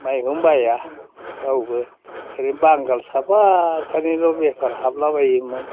माइखौनो बाया रावबो ओरैनो बांगाल साफा सानैल' बेफार हाबलाबायोमोन